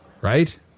right